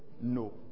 no